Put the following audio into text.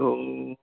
ꯑꯣ